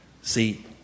See